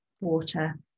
water